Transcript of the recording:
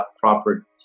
proper